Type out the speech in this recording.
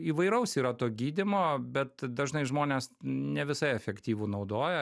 įvairaus yra to gydymo bet dažnai žmonės ne visai efektyvų naudoja